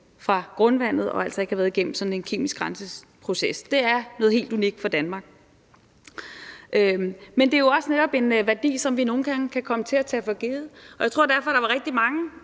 fra grundvandet og altså ikke har været igennem en kemisk rensningsproces. Det er noget helt unikt for Danmark. Men det er jo også netop en værdi, som vi nogle gange kan komme til at tage for givet, og jeg tror derfor, at der var rigtig mange